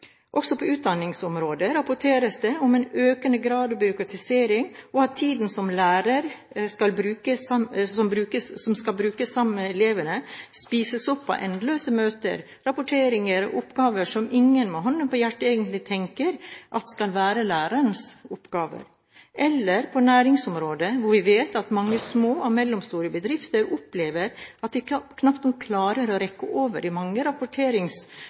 Også på utdanningsområdet rapporteres det om en økende grad av byråkratisering, og at tiden som lærere skal bruke sammen med elevene, spises opp av endeløse møter, rapporteringer og oppgaver som ingen med hånden på hjertet egentlig tenker at skal være lærerens oppgaver. På næringsområdet vet vi at mange små og mellomstore bedrifter opplever at de knapt nok klarer å rekke over de mange